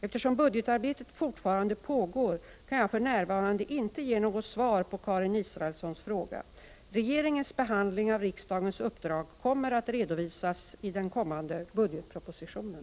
Eftersom budgetarbetet fortfarande pågår kan jag för närvarande inte ge något svar på Karin Israelssons fråga. Regeringens behandling av riksdagens uppdrag kommer att redovisas i den kommande budgetpropositionen.